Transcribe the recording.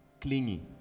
clingy